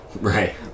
Right